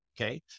Okay